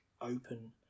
Open